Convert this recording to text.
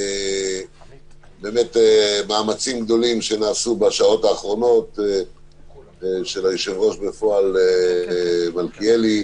באמת מאמצים גדולים שנעשו בשעות האחרונות של היושב-ראש בפועל מלכיאלי,